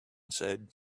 said